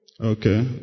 Okay